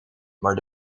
maar